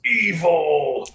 evil